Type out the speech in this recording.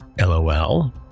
LOL